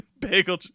Bagel